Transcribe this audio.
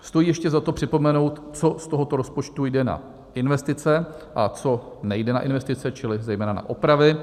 Stojí ještě za to připomenout, co z tohoto rozpočtu jde na investice a co nejde na investice, čili zejména na opravy.